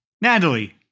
Natalie